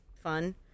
fun